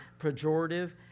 pejorative